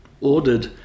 ordered